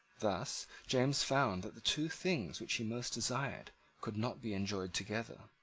thus james found that the two things which he most desired could not be enjoyed together.